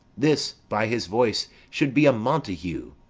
this, by his voice, should be a montague.